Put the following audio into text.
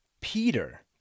Peter